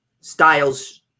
Styles